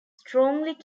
strongly